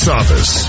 office